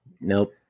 Nope